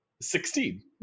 Sixteen